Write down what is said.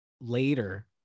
later